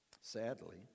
sadly